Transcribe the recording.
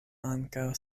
ankaŭ